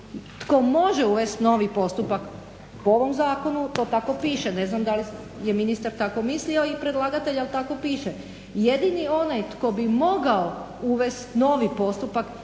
tko može uvest novi postupak po ovom zakonu, to tako piše, ne znam da li je ministar tako mislio i predlagatelj ali tako piše, jedini onaj tko bi mogao uvest novi postupak